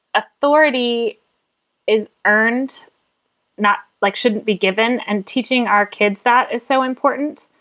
authority is earned not like shouldn't be given and teaching our kids that is so important.